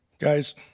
guys